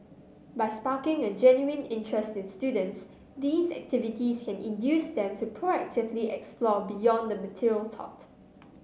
by sparking a genuine interest in students these activities can induce them to proactively explore beyond the material taught